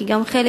כי בחלק